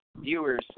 viewers